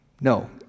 No